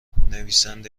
نویسنده